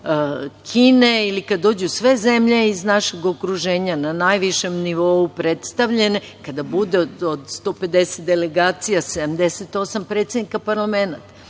Kine ili kada dođu sve zemlje iz našeg okruženja, na najvišem nivou predstavljene, kada bude od 150 delegacija 78 predsednika parlamenata.